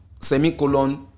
semicolon